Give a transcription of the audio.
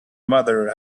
mother